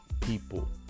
people